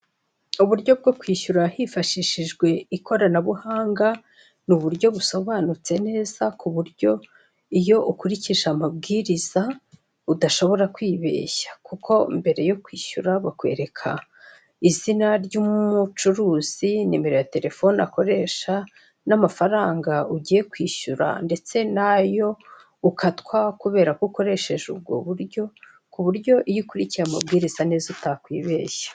Uburyo bwo kwishyura hifashishijwe ikoranabuhanga ni uburyo busobanutse neza kuburyo iyo ukurikije amabwiriza udashobora kwibeshya, kuko mbere yo kwishyura bakwereka izina ry'umucuruzi, nimero ya telefone akoresha, n'amafaranga ugiye kwishyura ndetse n'ayo ukatwa kubera ko ukoresheje ubwo buryo, kuburyo iyo ukurikiye amabwiriza neza utakwibeshya.